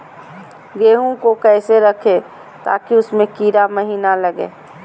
गेंहू को कैसे रखे ताकि उसमे कीड़ा महिना लगे?